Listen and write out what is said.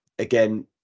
again